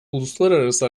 uluslararası